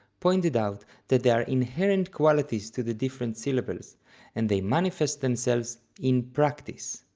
pointed out that there are inherent qualities to the different syllables and they manifest themselves in practice.